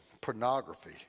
pornography